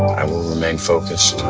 i will remain focused